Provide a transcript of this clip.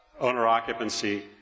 owner-occupancy